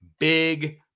Big